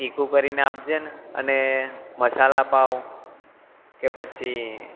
તીખું કરીને આપજે ને અને મસાલા પાઉં કે પછી